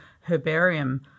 herbarium